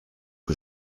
que